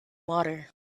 water